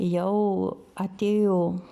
jau atėjo